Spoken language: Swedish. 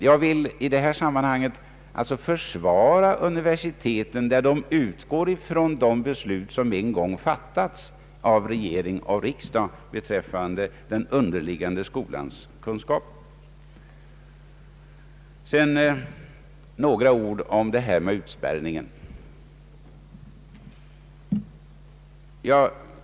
Jag vill i detta sammanhang försvara universiteten, som utgår från det beslut som en gång har fattats av regering och riksdag beträffande den underliggande skolans kunskaper. Jag skall sedan säga några ord om utspärrningen.